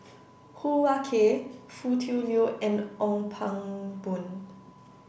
Hoo Ah Kay Foo Tui Liew and Ong Pang Boon